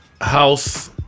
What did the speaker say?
house